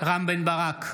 רם בן ברק,